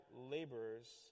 laborers